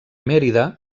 mérida